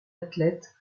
athlète